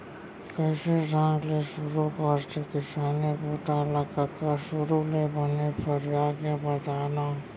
कइसे ढंग ले सुरू करथे किसानी बूता ल कका? सुरू ले बने फरिया के बता न